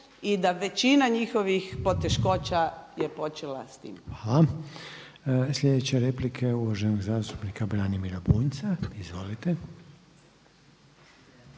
i da većina njihovih poteškoća je počela s tim. **Reiner, Željko (HDZ)** Hvala. Slijedeća replika je uvaženog zastupnika Branimira Bunjca. Izvolite.